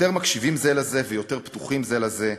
יותר מקשיבים זה לזה ויותר פתוחים זה לזה.